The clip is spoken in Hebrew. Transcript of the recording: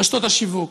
רשתות השיווק.